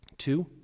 two